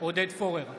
עודד פורר,